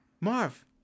Marv